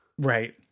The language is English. Right